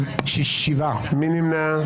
מי נמנע?